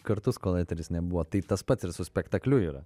kartus kol eteris nebuvo tai tas pats ir su spektakliu yra